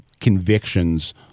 convictions